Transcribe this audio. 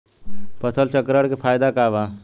फसल चक्रण के फायदा का बा?